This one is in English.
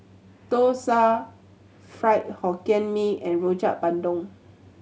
dosa Fried Hokkien Mee and Rojak Bandung